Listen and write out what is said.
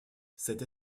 cette